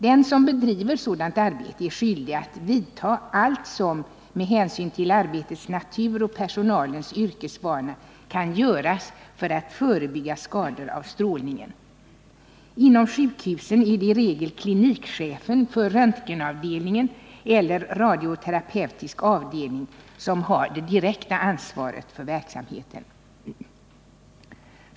Den som bedriver sådant arbete är skyldig att vidta allt som — med hänsyn till arbetets natur och personalens yrkesvana — kan göras för att förebygga skador av strålningen. Inom sjukhusen är det i regel klinikchefen för röntgenavdelning eller radioterapeutisk avdelning som har det direkta ansvaret för verksamheten.